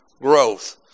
growth